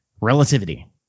relativity